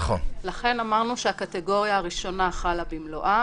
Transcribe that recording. לכן אמרנו שהקטגוריה הראשונה חלה במלואה.